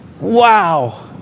Wow